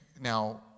now